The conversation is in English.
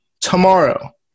tomorrow